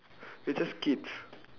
they're just kids